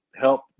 help